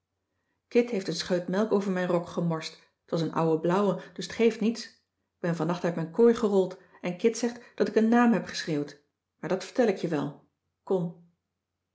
heeft een scheut melk over mijn rok gemorst t was een ouwe blauwe dus t geeft niets k ben vannacht uit mijn kooi gerold en kit zegt dat ik een naam heb geschreeuwd maar dat vertel ik je wel con